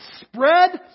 Spread